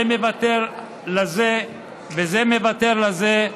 זה מוותר לזה וזה מוותר לזה,